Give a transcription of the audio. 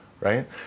right